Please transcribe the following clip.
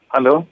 Hello